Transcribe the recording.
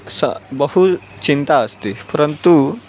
स बहु चिन्ता अस्ति परन्तु